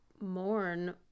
mourn